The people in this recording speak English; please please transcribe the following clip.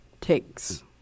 takes